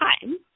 time